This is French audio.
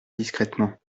discrètement